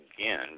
again